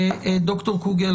ד"ר קוגל,